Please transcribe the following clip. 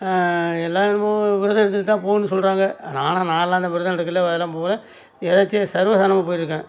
எல்லாம் என்னமோ விரதம் இருந்துட்டு தான் போணும்னு சொல்றாங்க நான் ஆனால் நாலாம் இந்த விரதம் எடுக்கலை அதெலாம் போகல எதேர்ச்சியா சர்வ சாதாரணமாக போயிருக்கேன்